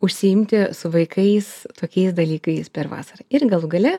užsiimti su vaikais tokiais dalykais per vasarą ir galų gale